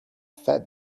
fed